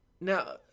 now